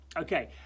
okay